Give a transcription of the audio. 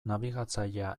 nabigatzailea